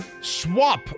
Swap